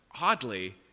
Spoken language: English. oddly